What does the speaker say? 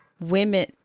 women